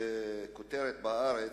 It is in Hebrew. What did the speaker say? כותרת ב"הארץ":